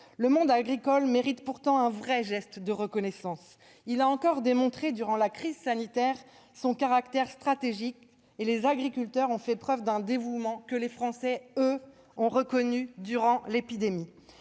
Le monde agricole mérite pourtant un geste fort de reconnaissance. Il a encore démontré durant la crise sanitaire son caractère stratégique, et les agriculteurs ont fait preuve d'un dévouement que les Français, eux, ont reconnu. Cela dit,